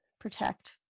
protect